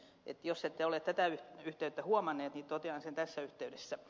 jos ette ole tätä yhteyttä huomanneet niin totean sen tässä yhteydessä